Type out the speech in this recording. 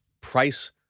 price